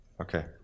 Okay